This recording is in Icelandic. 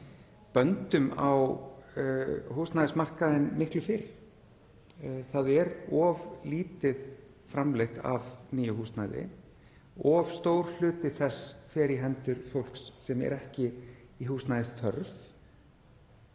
böndum á húsnæðismarkaðinn miklu fyrr. Það er of lítið framleitt af nýju húsnæði. Of stór hluti þess fer í hendur fólks sem er ekki í húsnæðisþörf.